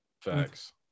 Facts